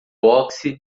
boxe